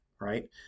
right